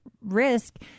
risk